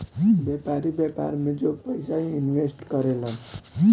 व्यापारी, व्यापार में जो पयिसा के इनवेस्ट करे लन